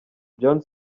john